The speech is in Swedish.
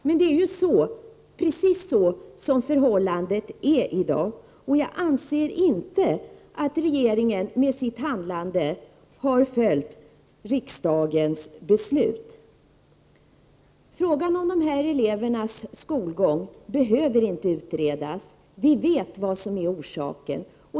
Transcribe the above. Men det är precis så som förhållandet är i dag, och jag anser inte att regeringen med sitt handlande har följt riksdagens beslut. Frågan om dessa elevers skolgång behöver inte utredas — vi vet vad som är orsaken.